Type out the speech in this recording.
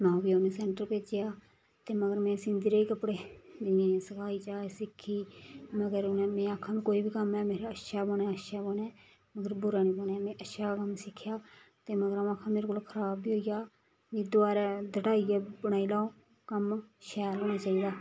मां प्यो ने सैंटर भेजेआ ते मगर में सींदी रेही कपड़े मिकी सखाई जाच में सिक्खी मगर में आखा में कोई बी कम्म ऐ मेरे शा अच्छा बने अच्छा बने मगर बुरा नी बने में अच्छा कम्म सिक्खेआ ते मगर आ'ऊं आखां अगर मेरे कोला खराब बी होई जा मिकी दबारै धड़ाइयै बनाई लैओ कम्म शैल होना चाहिदा